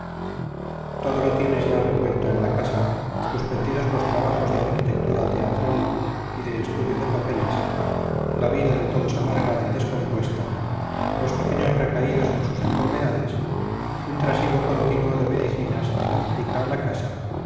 todo lo tienes ya revuelto en la casa suspendidos los trabajos de arquitectura teatral y de estudio de papeles la vida de todos amargada y descompuesta los pequeños recaídos en sus enfermedades un trasiego continuo de medicinas de la botica a la casa